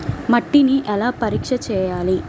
మట్టిని ఎలా పరీక్ష చేయాలి?